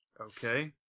Okay